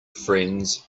friends